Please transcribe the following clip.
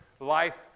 Life